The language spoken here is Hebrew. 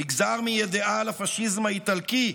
נגזר מאידיאל הפשיזם האיטלקי,